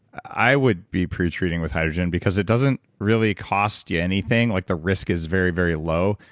i would be pre-treating with hydrogen because it doesn't really cost you anything, like the risk is very, very low.